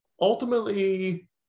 ultimately